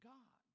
God